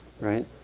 right